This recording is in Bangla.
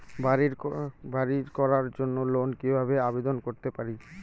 বাড়ি করার জন্য লোন কিভাবে আবেদন করতে পারি?